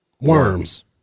worms